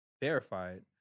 verified